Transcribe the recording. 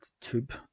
tube